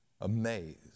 amazed